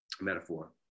metaphor